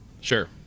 Sure